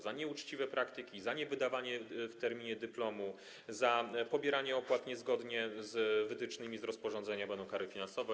Za nieuczciwe praktyki, za niewydawanie w terminie dyplomu, za pobieranie opłat niezgodnie z wytycznymi dotyczącymi rozporządzenia będą kary finansowe.